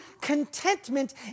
contentment